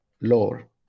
lore